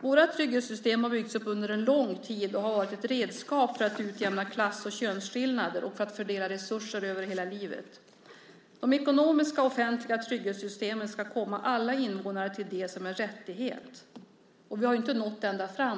Våra trygghetssystem har byggts upp under lång tid, och de har varit redskap för att kunna utjämna klass och könsskillnader och fördela resurser över hela livet. De ekonomiska offentliga trygghetssystemen ska komma alla invånare till del som en rättighet. Vi har inte nått ända fram.